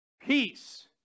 peace